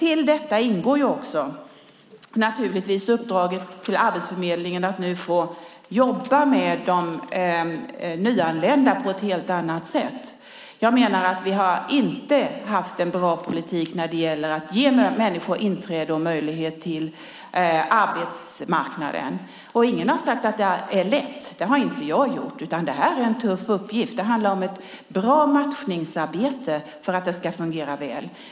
I detta ingår naturligtvis också uppdraget till Arbetsförmedlingen att jobba med de nyanlända på ett helt annat sätt. Jag menar att vi inte har haft en bra politik när det gäller att ge människor inträde på arbetsmarknaden. Ingen har sagt att det är lätt. Det har inte jag gjort. Det här är en tuff uppgift. Det handlar om ett bra matchningsarbete för att det ska fungera väl.